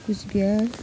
Cooch Behar